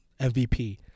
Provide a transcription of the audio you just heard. MVP